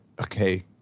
Okay